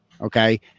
Okay